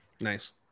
Nice